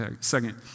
second